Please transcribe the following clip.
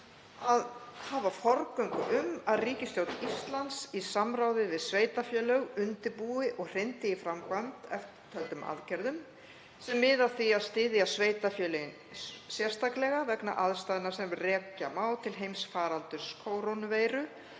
að hafa forgöngu um að ríkisstjórn Íslands, í samráði við sveitarfélög, undirbúi og hrindi í framkvæmd eftirtöldum aðgerðum sem miði að því að styðja sveitarfélög sérstaklega vegna aðstæðna sem rekja má til heimsfaraldurs kórónuveiru